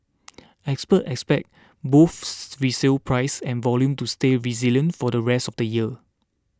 experts expect both resale prices and volume to stay resilient for the rest of the year